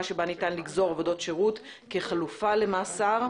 שבה ניתן לגזור עבודות שירות כחלופה למאסר,